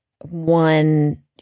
one